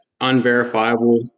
unverifiable